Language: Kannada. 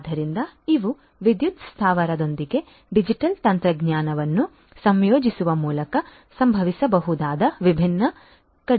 ಆದ್ದರಿಂದ ಇವು ವಿದ್ಯುತ್ ಸ್ಥಾವರದೊಂದಿಗೆ ಡಿಜಿಟಲ್ ತಂತ್ರಜ್ಞಾನವನ್ನು ಸಂಯೋಜಿಸುವ ಮೂಲಕ ಸಂಭವಿಸಬಹುದಾದ ವಿಭಿನ್ನ ಕಡಿತಗಳು